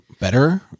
Better